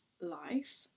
life